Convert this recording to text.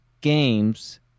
games